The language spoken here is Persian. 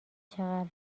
چقدر